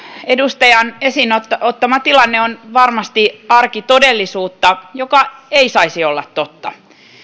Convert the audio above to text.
edustajan esiin ottama tilanne on varmasti arkitodellisuutta joka ei saisi olla totta